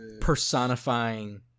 personifying